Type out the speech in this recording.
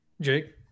Jake